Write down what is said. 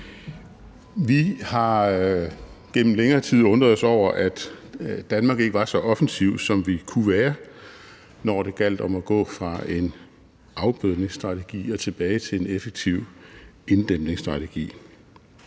Vi har gennem længere tid undret os over, at vi i Danmark ikke var så offensive, som vi kunne være, når det gjaldt om at gå fra en afbødningsstrategi tilbage til en effektiv inddæmningsstrategi.